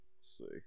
see